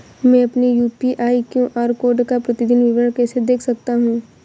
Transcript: मैं अपनी UPI QR code का प्रतीदीन विवरण कैसे देख सकता हूँ?